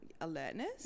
alertness